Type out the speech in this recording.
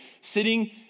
sitting